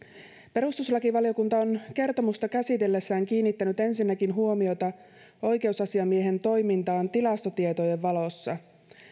perustuslakivaliokunta on kertomusta käsitellessään kiinnittänyt ensinnäkin huomiota oikeusasiamiehen toimintaan tilastotietojen valossa